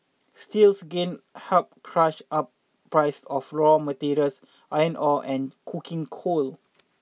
steel's gain helped push up prices of raw materials iron ore and coking coal